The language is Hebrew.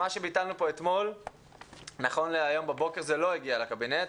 מה שביטלנו פה אתמול נכון להיום בבוקר זה לא הגיע לקבינט,